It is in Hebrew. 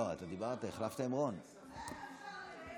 תודה רבה.